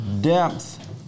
depth